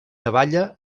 navalla